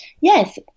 Yes